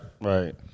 Right